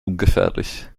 ungefährlich